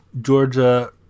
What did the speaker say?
Georgia